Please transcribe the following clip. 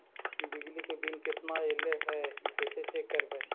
बिजली के बिल केतना ऐले हे इ कैसे चेक करबइ?